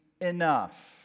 enough